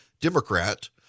Democrat